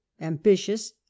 ambitious